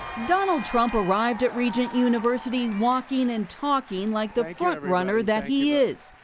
donald trump arrived at regent university walking and talking like the front-runner that he is,